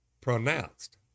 pronounced